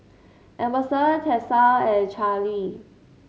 Emerson Tessa and Charly